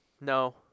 No